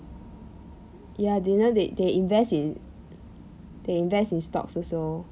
ya do you know they they invest in they invest in stocks also